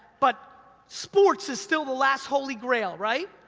but sports is still the last holy grail, right?